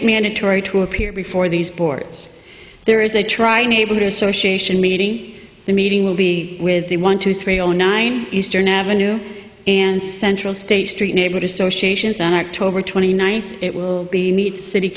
it mandatory to appear before these boards there is a try to neighborhood association midi the meeting will be with the one two three zero zero nine eastern avenue and central state street neighborhood associations on october twenty ninth it will be neat city